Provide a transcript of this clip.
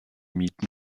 mieten